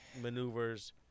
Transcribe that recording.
maneuvers